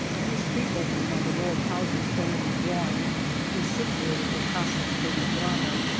in the street opening on the row of houses shown in the drawing is situated the casa de medrano.